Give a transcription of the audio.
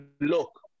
look